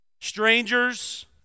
Strangers